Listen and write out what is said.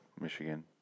Michigan